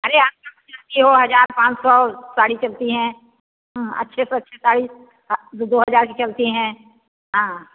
अरे आप हज़ार पाँच सौ साड़ी चलती हैं अच्छे से अच्छी साड़ी दो दो हज़ार की चलती हैं हाँ